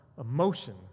emotion